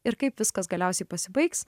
ir kaip viskas galiausiai pasibaigs